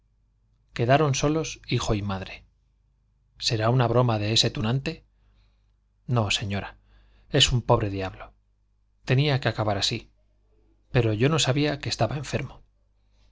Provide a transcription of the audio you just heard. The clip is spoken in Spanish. quedaron solos hijo y madre será una broma de ese tunante no señora es un pobre diablo tenía que acabar así pero yo no sabía que estaba enfermo